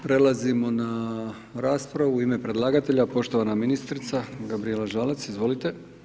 Prelazimo na raspravu u ime predlagatelja poštovana ministrica Gabrijela Žalac, izvolite.